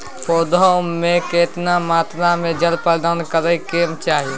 पौधों में केतना मात्रा में जल प्रदान करै के चाही?